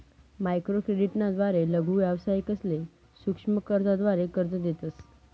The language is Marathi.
माइक्रोक्रेडिट ना द्वारे लघु व्यावसायिकसले सूक्ष्म कर्जाद्वारे कर्ज देतस